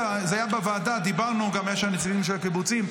זה היה בוועדה, דיברנו גם עם הנציגים של הקיבוצים.